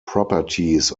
properties